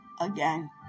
again